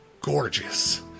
gorgeous